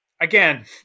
Again